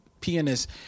pianist